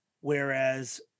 Whereas